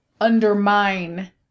undermine